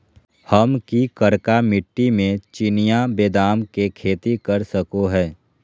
हम की करका मिट्टी में चिनिया बेदाम के खेती कर सको है?